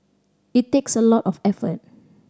it takes a lot of effort